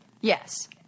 yes